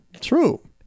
True